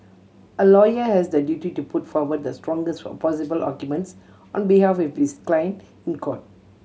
a lawyer has the duty to put forward the strongest possible arguments on behalf of his client in court